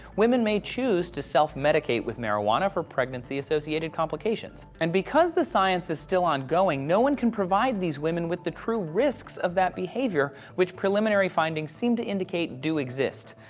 women may choose to self-medicate with marijuana for pregnancy-associated complications. and because the science is still ongoing, no one can provide these women with the true risks of that behavior, which preliminary findings seem to indicate do exist.